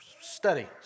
study